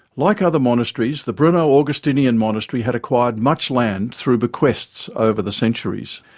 like other monasteries, the brno augustinian monastery had acquired much land through bequests over the centuries.